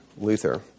Luther